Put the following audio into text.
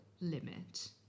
limit